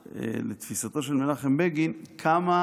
לתפיסתו של מנחם בגין, כמה